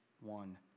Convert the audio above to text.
one